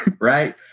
Right